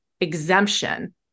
exemption